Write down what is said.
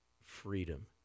freedom